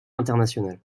international